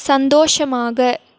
சந்தோஷமாக